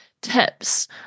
tips